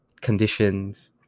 conditions